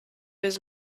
his